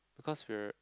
because we're